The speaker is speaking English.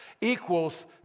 equals